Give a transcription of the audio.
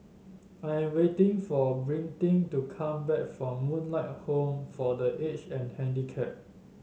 I am waiting for Britni to come back from Moonlight Home for The Aged and Handicapped